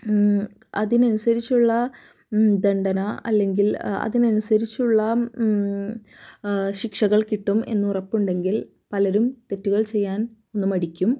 അതിനനുസരിച്ചുള്ള ദണ്ഡന അല്ലെങ്കിൽ അതിനനുസരിച്ചുള്ള ശിക്ഷകൾ കിട്ടും എന്ന് ഉറപ്പുണ്ടെങ്കിൽ പലരും തെറ്റുകൾ ചെയ്യാൻ ഒന്ന് മടിക്കും